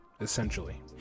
essentially